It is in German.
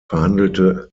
verhandelte